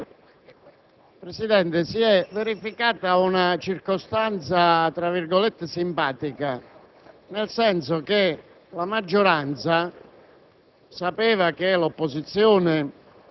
*(FI)*. Signor Presidente, dobbiamo dare atto che è stata una seduta particolare, ci si è soffermato a lungo sulla trattazione di un argomento estremamente delicato.